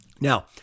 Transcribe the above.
Now